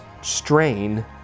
strain